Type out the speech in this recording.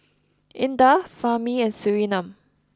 Indah Fahmi and Surinam